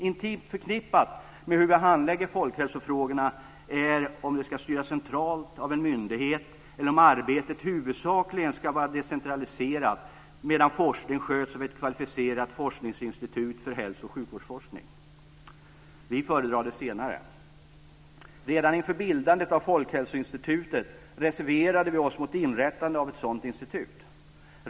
Intimt förknippat med hur vi handlägger folkhälsofrågorna är om de ska styras centralt av en myndighet eller om arbetet huvudsakligen ska vara decentraliserat medan forskningen sköts av ett kvalificerat forskningsinstitut för hälso och sjukvårdsforskning. Vi föredrar det senare. Redan inför bildandet av Folkhälsoinstitutet reserverade vi oss mot inrättandet av ett sådant institut.